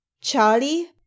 Charlie